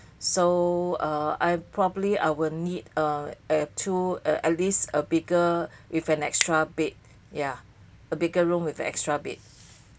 so uh I properly I will need uh a two uh at least a bigger with an extra bed ya a bigger room with extra bed